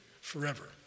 forever